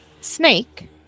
snake